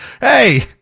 hey